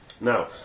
Now